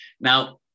Now